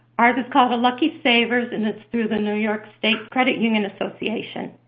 ours is called the lucky savers, and it's through the new york state credit union association.